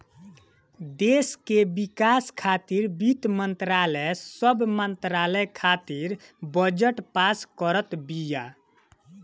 देस के विकास खातिर वित्त मंत्रालय सब मंत्रालय खातिर बजट पास करत बिया